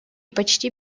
почти